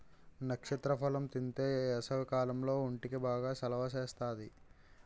నక్షత్ర ఫలం తింతే ఏసవికాలంలో ఒంటికి బాగా సలవ సేత్తాది